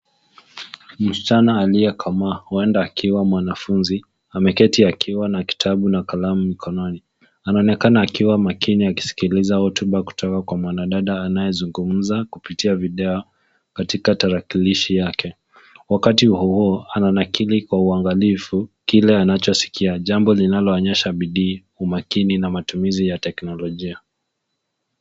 Msichana aliye kama huenda akiwa mwanafunzi ameketi akiwa na kitabu na kalamu mkononi. Anaonekana akiwa makini akisikiliza hotuba kutoka kwa mwanadada anayezungumza kupitia video katika tarakilishi yake. Wakati huo huo ananakili kwa uangalifu kile anachosikia, jambo linaloonyesha bidii, umakini na matumizi ya teknolojia.